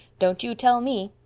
don't you tell me!